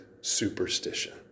superstition